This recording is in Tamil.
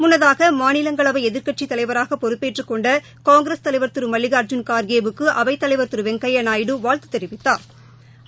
முன்னதாகமாநிலங்களவைஎதிா்க்கட்சித் தலைவராகபொறுப்பேற்றுக் கொண்டகாங்கிரஸ் தலைவர் திருமல்லிகா்ஜூன் காா்கே வுக்குஅவைத்தலைவா் திருவெங்கையாநாயுடு வாழ்த்துதெரிவித்தாா்